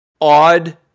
odd